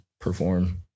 perform